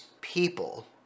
people